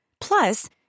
Plus